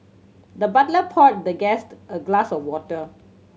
the butler poured the guest a glass of water